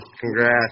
Congrats